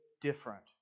different